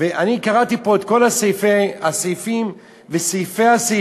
אני קראתי פה את הסעיפים וסעיפי-הסעיפים,